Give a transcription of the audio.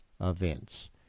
events